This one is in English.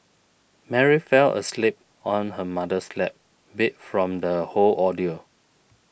Mary fell asleep on her mother's lap beat from the whole ordeal